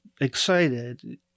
excited